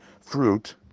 fruit